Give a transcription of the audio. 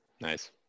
Nice